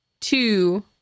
Two